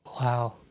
Wow